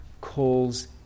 calls